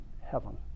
heaven